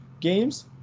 games